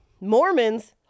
Mormons